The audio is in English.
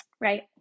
Right